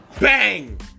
Bang